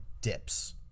dips